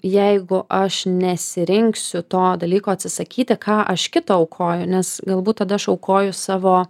jeigu aš nesirinksiu to dalyko atsisakyti ką aš kita aukoju nes galbūt tada aš aukoju savo